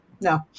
No